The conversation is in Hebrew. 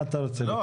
מה אתה רוצה, בכוח?